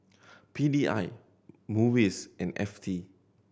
P D I MUIS and F T